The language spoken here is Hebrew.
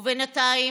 ובינתיים,